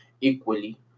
equally